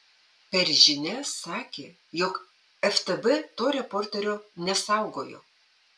per žinias sakė jog ftb to reporterio nesaugojo